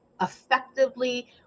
effectively